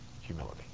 humility